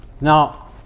Now